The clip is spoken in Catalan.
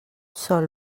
sol